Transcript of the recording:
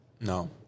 No